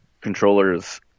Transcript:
controllers